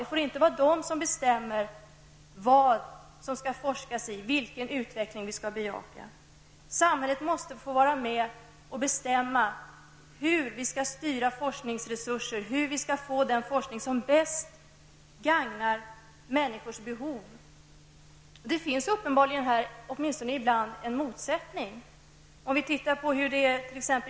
Det får inte vara de som bestämmer vad man skall forska i och vilken utveckling vi skall bejaka. Samhället måste få vara med och bestämma hur vi skall styra forskningsresurser och hur vi skall få den forskning som bäst gagnar människors behov. Det finns här uppenbarligen en motsättning, åtminstone ibland.